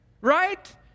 right